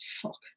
fuck